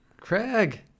Craig